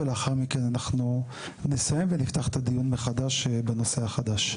ולאחר מכן אנחנו נסיים ונפתח את הדיון מחדש בנושא החדש.